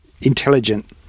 intelligent